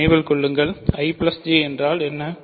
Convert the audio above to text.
மீண்டும் நினைவில் கொள்ளுங்கள் I J என்றால் என்ன